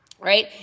right